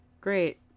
Great